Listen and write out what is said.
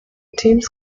teams